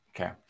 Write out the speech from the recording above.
Okay